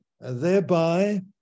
thereby